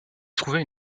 trouvait